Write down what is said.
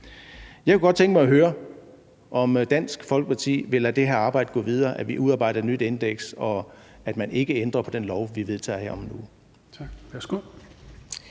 Jeg kunne godt tænke mig at høre, om Dansk Folkeparti vil lade det her arbejde gå videre, altså at vi udarbejder et nyt indeks, og at man ikke ændrer på den lov, vi vedtager her om en uge.